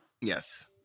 Yes